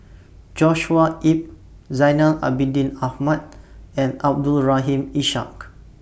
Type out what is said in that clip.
Joshua Ip Zainal Abidin Ahmad and Abdul Rahim Ishak